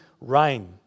reign